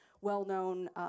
well-known